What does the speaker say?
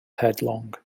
headlong